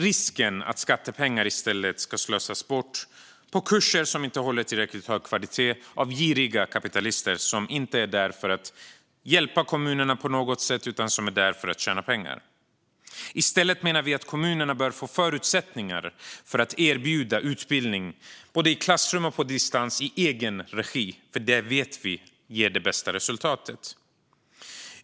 Risken är att skattepengar i stället slösas bort på kurser som inte håller tillräckligt hög kvalitet av giriga kapitalister som inte är där för att hjälpa kommunerna på något sätt utan för att tjäna pengar. I stället menar vi att kommunerna bör få förutsättningar att erbjuda utbildning både i klassrum och på distans i egen regi, för det vet vi ger det bästa resultatet.